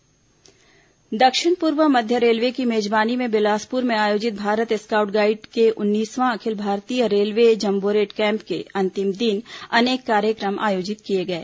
railway jamboree camp दक्षिण पूर्व मध्य रेलवे की मेजबानी में बिलासपुर में आयोजित भारत स्काउट गाईड के उन्नीसवां अखिल भारतीय रेलवे जम्बोरेट कैम्प के अंतिम दिन अनेक कार्यक्रम आयोजित किए गए